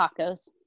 tacos